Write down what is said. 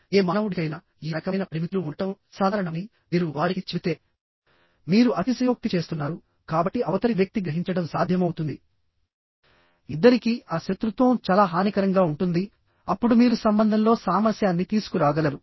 ఏ మానవుడికైనా ఈ రకమైన పరిమితులు ఉండటం సాధారణమని మీరు వారికి చెబితే మీరు అతిశయోక్తి చేస్తున్నారు కాబట్టి అవతలి వ్యక్తి గ్రహించడం సాధ్యమవుతుంది ఇద్దరికీ ఆ శత్రుత్వం చాలా హానికరంగా ఉంటుంది అప్పుడు మీరు సంబంధంలో సామరస్యాన్ని తీసుకురాగలరు